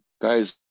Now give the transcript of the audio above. guys